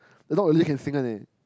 the dog really can sing one leh